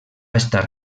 estar